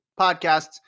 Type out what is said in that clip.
podcasts